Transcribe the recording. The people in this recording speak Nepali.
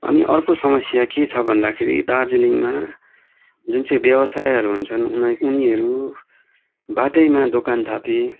अनि अर्को समस्या के छ भन्दाखेरि दार्जिलिङमा जुन चाहिँ व्यावसायहरू हुन्छन् उनै उनीहरू बाटैमा दोकान थापी